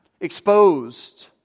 exposed